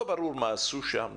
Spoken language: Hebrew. לא ברור מה עשו שם.